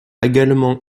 également